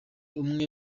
umwe